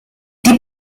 die